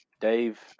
Dave